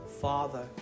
Father